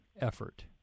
effort